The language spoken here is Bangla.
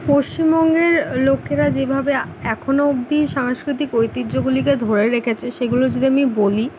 পশ্চিমবঙ্গের লোকেরা যেভাবে এখনো অবধি সাংস্কৃতিক ঐতিহ্যগুলিকে ধরে রেখেছে সেগুলো যদি আমি বলি